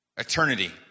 Eternity